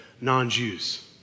non-Jews